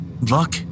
Luck